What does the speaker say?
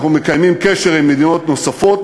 אנחנו מקיימים קשר עם מדינות נוספות,